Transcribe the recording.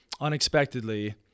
unexpectedly